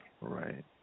Right